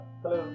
hello